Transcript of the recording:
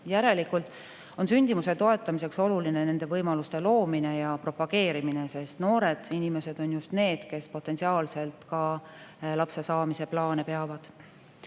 Järelikult on sündimuse toetamiseks oluline nende võimaluste loomine ja propageerimine, sest noored inimesed on just need, kes potentsiaalselt ka lapse saamise plaane peavad.